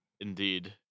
Indeed